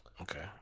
Okay